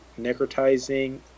necrotizing